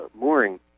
mooring